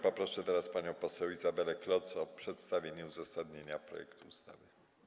Proszę teraz panią poseł Izabelę Kloc o przedstawienie uzasadnienia projektu uchwały.